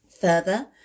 Further